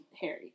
Harry